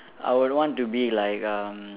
I would want to be like um